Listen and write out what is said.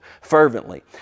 fervently